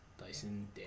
Dyson